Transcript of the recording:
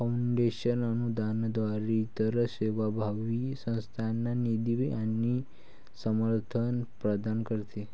foundation अनुदानाद्वारे इतर सेवाभावी संस्थांना निधी आणि समर्थन प्रदान करते